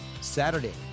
Saturday